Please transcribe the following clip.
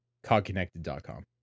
CogConnected.com